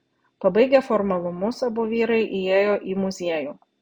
pabaigę formalumus abu vyrai įėjo į muziejų